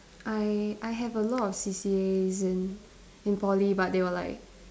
I I have a lot of C_C_As in in Poly but they were like